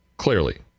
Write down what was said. clearly